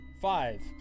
five